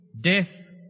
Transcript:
death